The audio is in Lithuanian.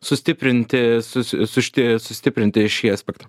sustiprinti sus susšti sustiprinti šį aspektą